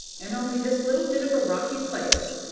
and only this little bit of a rocky place!